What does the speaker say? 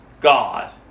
God